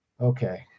okay